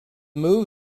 move